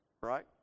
right